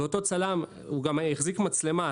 ואותו צלם הוא גם החזיק מצלמה,